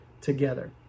together